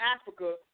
Africa